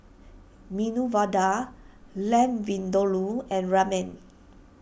Medu Vada Lamb Vindaloo and Ramen